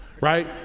right